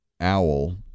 owl